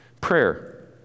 Prayer